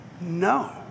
No